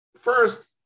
first